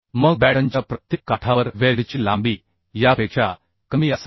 मग बॅटनच्या प्रत्येक काठावर वेल्डची लांबी यापेक्षा कमी असावी